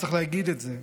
וצריך להגיד את זה,